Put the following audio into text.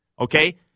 okay